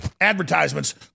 advertisements